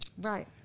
Right